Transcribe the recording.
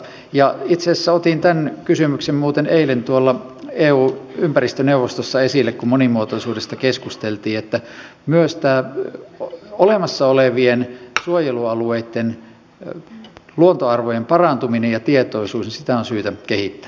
itse asiassa otin tämän kysymyksen muuten eilen tuolla eun ympäristöneuvostossa esille kun monimuotoisuudesta keskusteltiin että myös tätä olemassa olevien suojelualueitten luontoarvojen parantumista ja tietoisuutta on syytä kehittää